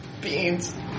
Beans